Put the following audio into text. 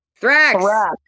Thrax